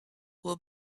will